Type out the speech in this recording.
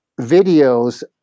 videos